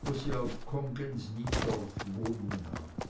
wo sie auf kongens nytorv wohnung nahmen